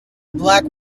black